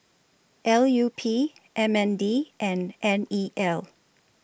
L U P M N D and N E L